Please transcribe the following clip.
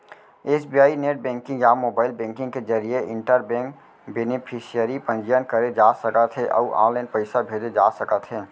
SBI net banking या mobile banking के जरिए इंटर बेंक बेनिफिसियरी पंजीयन करे जा सकत हे अउ ऑनलाइन पइसा भेजे जा सकत हे